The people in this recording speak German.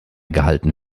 gehalten